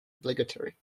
obligatory